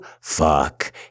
fuck